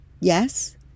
Yes